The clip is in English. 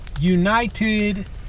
United